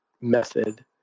method